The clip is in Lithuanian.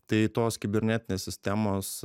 tai tos kibernetinės sistemos